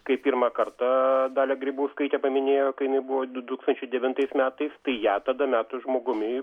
kai pirmą kartą dalią grybauskaitę paminėjo kai jinai buvo du tūkstančiai devintais metais tai ją tada metų žmogumi